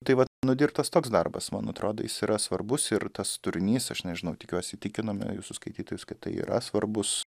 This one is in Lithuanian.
tai vat nudirbtas toks darbas man atrodo jis yra svarbus ir tas turinys aš nežinau tikiuosi įtikinome jūsų skaitytojus kad tai yra svarbus